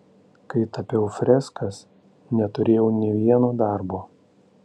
kai tapiau freskas neturėjau nė vieno darbo